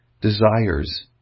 desires